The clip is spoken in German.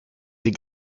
sie